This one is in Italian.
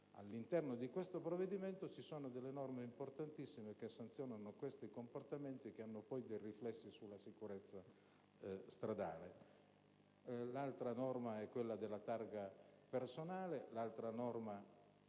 All'interno di questo provvedimento, ci sono norme importantissime che sanzionano questi comportamenti, che hanno poi riflessi sulla sicurezza stradale. Un'altra norma è quella della targa personale; un'altra ancora,